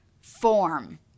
form